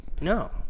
No